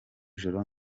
joro